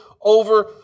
over